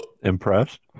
impressed